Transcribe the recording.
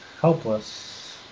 helpless